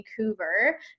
Vancouver